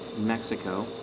Mexico